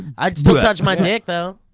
i'd still touch my dick though.